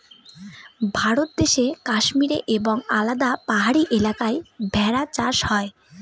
ভারত দেশে কাশ্মীরে এবং আলাদা পাহাড়ি এলাকায় ভেড়া চাষ হয়